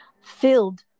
filled